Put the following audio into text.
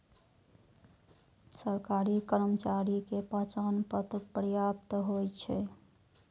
सरकारी कर्मचारी के पहचान पत्र पर्याप्त होइ छै